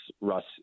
Russ